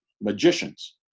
magicians